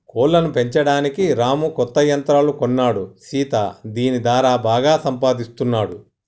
కోళ్లను పెంచడానికి రాము కొత్త యంత్రాలు కొన్నాడు సీత దీని దారా బాగా సంపాదిస్తున్నాడు